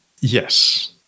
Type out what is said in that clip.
yes